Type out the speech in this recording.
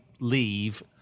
leave